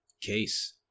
Case